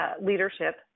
leadership